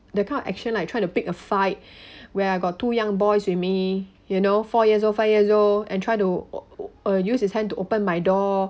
the kind of action like try to pick a fight where I got two young boys with me you know four years old five years old and try to use his hand to open my door